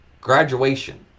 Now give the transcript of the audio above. graduation